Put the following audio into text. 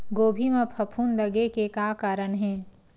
गोभी म फफूंद लगे के का कारण हे?